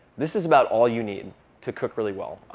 this is about all you need to cook really well.